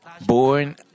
born